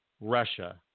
Russia